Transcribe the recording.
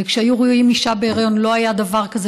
וכשהיו רואים אישה בהיריון לא היה דבר כזה